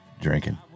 drinking